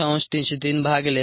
303 भागिले 5